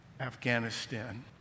Afghanistan